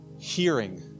hearing